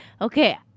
Okay